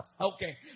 Okay